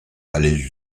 allaient